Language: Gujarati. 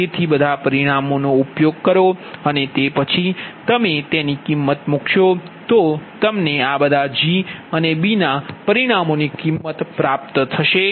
તેથી બધા પરિમાણામો નો ઉપયોગ કરો અને તે પછી તમે તેની કિમત મૂકશો પછી તમે આ બધા G અને B પરિમાણોની કિમત કરો છો